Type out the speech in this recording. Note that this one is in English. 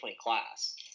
class